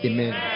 Amen